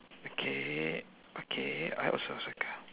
okay okay I also circle